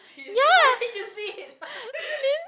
ya